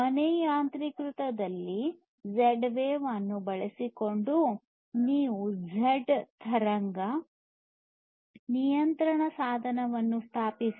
ಮನೆ ಯಾಂತ್ರೀಕೃತದಲ್ಲಿ Z wave ಅನ್ನು ಬಳಸಿಕೊಂಡು ನೀವು ಝೆಡ್ ತರಂಗ ನಿಯಂತ್ರಕ ಸಾಧನವನ್ನು ಸ್ಥಾಪಿಸಿ